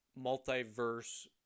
multiverse